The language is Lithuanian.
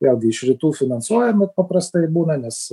vėlgi iš rytų finansuojama paprastai būna nes